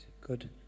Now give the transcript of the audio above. Good